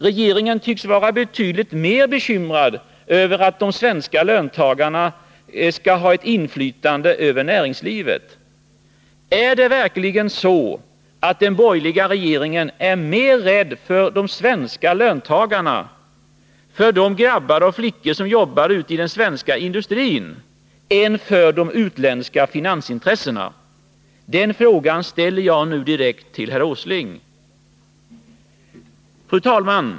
Regeringen tycks vara betydligt mer bekymrad över att de svenska löntagarna skulle kunna få ett inflytande över näringslivet. Är det verkligen så att den borgerliga regeringen är mer rädd för de svenska löntagarna, för de grabbar och flickor som jobbar i den svenska industrin, än för de utländska finansintressena? Den frågan ställer jag nu direkt till herr Åsling. Fru talman!